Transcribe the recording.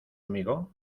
amigo